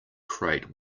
crate